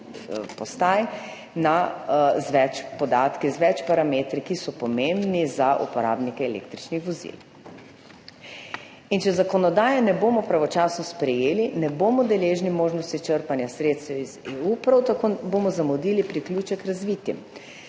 postaj z več podatki, z več parametri, ki so pomembni za uporabnike električnih vozil. Če zakonodaje ne bomo pravočasno sprejeli, ne bomo deležni možnosti črpanja sredstev iz EU, prav tako bomo zamudili in priključek